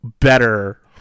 better